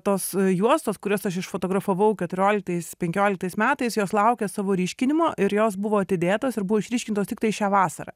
tos juostos kurias aš išfotografavau keturioliktais penkioliktais metais jos laukia savo ryškinimo ir jos buvo atidėtos ir buvo išryškintos tiktai šią vasarą